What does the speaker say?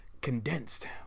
condensed